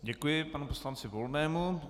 Děkuji panu poslanci Volnému.